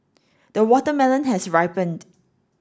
the watermelon has ripened